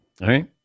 right